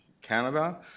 Canada